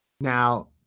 Now